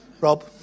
Rob